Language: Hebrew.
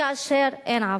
כאשר אין עבודה,